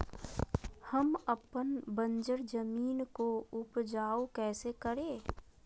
हम अपन बंजर जमीन को उपजाउ कैसे करे?